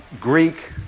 Greek